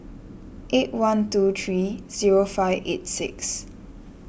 eight one two three zero five eight six